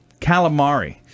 Calamari